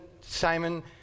Simon